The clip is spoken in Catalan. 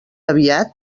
aviat